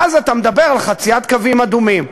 ואז אתה מדבר על חציית קווים אדומים.